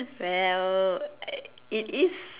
well it is